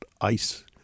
ice